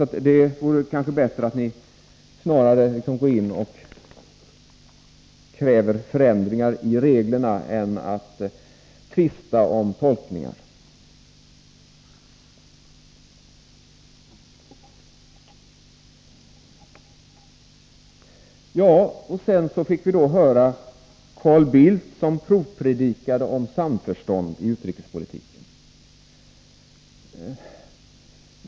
Alltså, kräv snarare förändringar av dessa regler än tvista om tolkningen av dem. Sedan fick vi höra Carl Bildt, som provpredikade om samförstånd i utrikespolitiken.